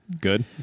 Good